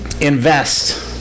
Invest